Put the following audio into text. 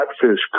catfish